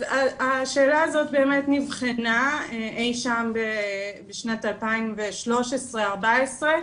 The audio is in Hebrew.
השאלה הזאת באמת נבחנה אי שם בשנת 2013 2014,